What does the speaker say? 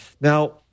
Now